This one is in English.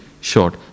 short